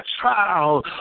trial